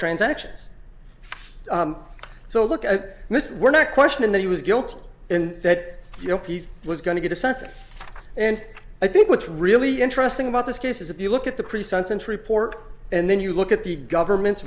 transactions so look at this we're not questioning that he was guilty and that he was going to get a sentence and i think what's really interesting about this case is if you look at the pre sentence report and then you look at the government's